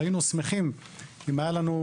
היינו שמחים לו הייתה לנו,